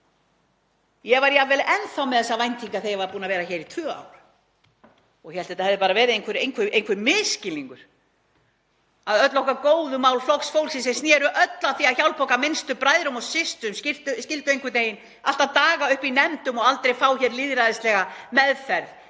Ég var jafnvel enn þá með þessar væntingar þegar ég var búin að vera hér í tvö ár og hélt að þetta hefði bara verið einhver misskilningur, að öll okkar góðu mál Flokks fólksins, sem sneru öll að því að hjálpa okkar minnstu bræðrum og systrum, skyldu einhvern veginn alltaf daga uppi í nefndum og aldrei fá hér lýðræðislega meðferð